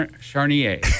charnier